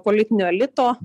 politinio elito